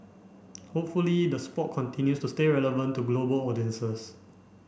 hopefully the sport continues to stay relevant to global audiences